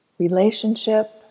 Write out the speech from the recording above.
Relationship